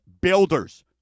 builders